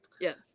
Yes